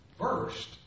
first